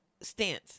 stance